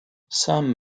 some